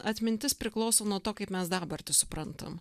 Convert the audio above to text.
atmintis priklauso nuo to kaip mes dabartį suprantam